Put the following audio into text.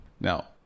Now